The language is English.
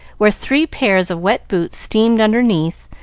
where three pairs of wet boots steamed underneath,